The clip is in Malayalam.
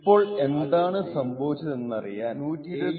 ഇപ്പോൾ എന്താണ് സംഭവിച്ചതെന്നറിയാൻ AES ഇമ്പ്ലിമെൻറ്റേഷൻ കാണണം